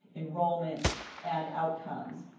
enrollment and outcomes.